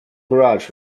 garage